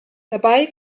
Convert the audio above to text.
dabei